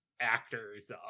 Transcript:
actors